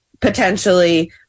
potentially